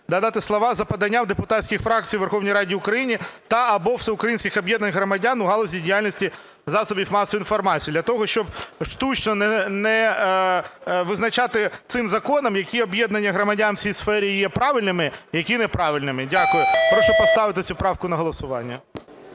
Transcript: додати слова: "за поданням депутатської фракції у Верховній Раді України та (або) всеукраїнських об'єднань громадян у галузі діяльності засобів масової інформації". Для того, щоб штучно не визначати цим законом, які об'єднання громадян у цій сфері є правильними, які не правильними. Дякую. Прошу поставити цю правку на голосування.